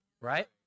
right